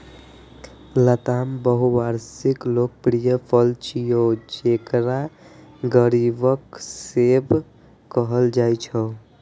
लताम बहुवार्षिक लोकप्रिय फल छियै, जेकरा गरीबक सेब कहल जाइ छै